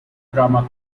drama